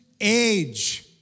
age